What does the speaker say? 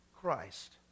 Christ